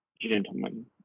gentlemen